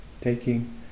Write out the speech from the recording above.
Taking